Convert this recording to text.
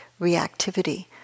reactivity